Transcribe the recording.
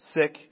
sick